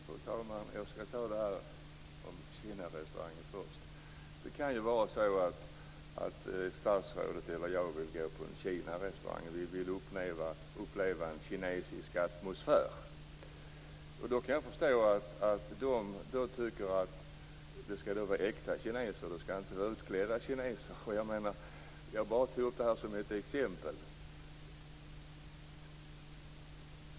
Fru talman! Jag skall först ta upp detta med Kinarestaurangen. Det kan ju vara så att statsrådet eller jag vill gå på en Kinarestaurang och att vi då vill uppleva en kinesisk atmosfär. Jag kan därför förstå dem som tycker att det skall vara äkta kineser där och inte utklädda kineser. Jag tog detta bara som ett exempel.